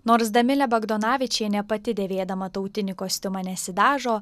nors damilė bagdonavičienė pati dėvėdama tautinį kostiumą nesidažo